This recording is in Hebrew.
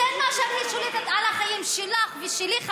יותר מאשר היא שולטת על החיים שלך ושלי,